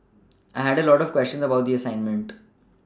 I had a lot of questions about the assignment